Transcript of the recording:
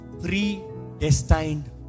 predestined